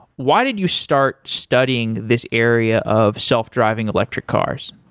why did you start studying this area of self-driving electric cars?